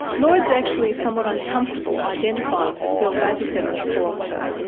lloyd's actually somewhat uncomfortable identifying herself as a feminist philosopher.